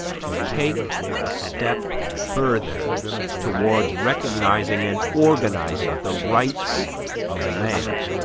to take a step further towards recognizing and organizing the rights of man?